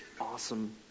awesome